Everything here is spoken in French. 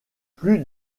plus